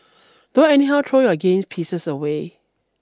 don't anyhow throw your game pieces away